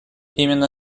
именно